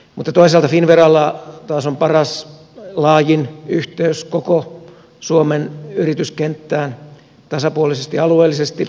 mutta toisaalta finnveralla taas on paras laajin yhteys koko suomen yrityskenttään tasapuolisesti alueellisesti